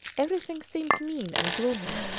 everything seems mean and gloomy.